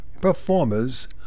performers